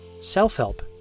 Self-help